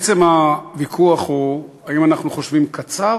בעצם הוויכוח הוא אם אנחנו חושבים קצר